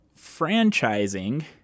franchising